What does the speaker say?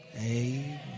amen